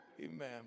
Amen